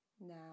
now